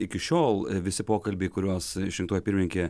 iki šiol visi pokalbiai kuriuos išrinktoji pirmininkė